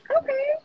okay